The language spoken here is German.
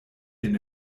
den